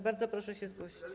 Bardzo proszę się zgłosić.